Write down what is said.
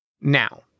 Now